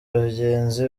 bagenzi